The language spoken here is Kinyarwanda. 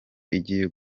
igiye